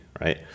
right